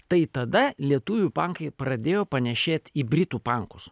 tai tada lietuvių pankai pradėjo panėšėt į britų pankus